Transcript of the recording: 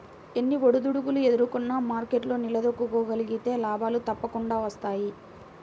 ఎన్ని ఒడిదుడుకులు ఎదుర్కొన్నా మార్కెట్లో నిలదొక్కుకోగలిగితే లాభాలు తప్పకుండా వస్తాయి